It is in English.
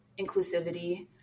inclusivity